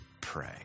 pray